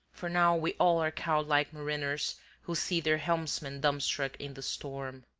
for now we all are cowed like mariners who see their helmsman dumbstruck in the storm.